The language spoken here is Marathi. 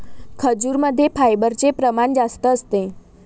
खजूरमध्ये फायबरचे प्रमाण जास्त असते